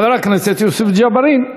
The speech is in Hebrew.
חבר הכנסת יוסף ג'בארין,